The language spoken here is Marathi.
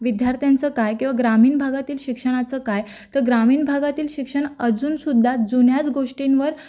विद्यार्थ्यांचं काय किंवा ग्रामीण भागातील शिक्षणाचं काय तर ग्रामीण भागातील शिक्षण अजूनसुद्धा जुन्याच गोष्टींवर